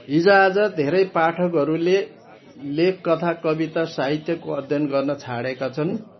हिजआज धेरै पाठकहरूले लेख कथा कविता साहित्यको अध्ययन गर्न छाडेका छन्